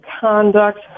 conduct